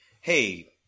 Hey